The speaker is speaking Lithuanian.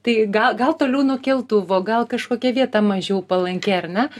tai ga gal toliau nuo keltuvo gal kažkokia vieta mažiau palanki ar ne